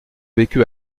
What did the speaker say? vécu